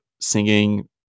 singing